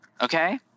Okay